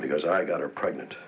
because i got her pregnant